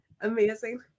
amazing